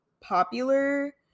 popular